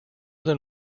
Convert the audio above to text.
than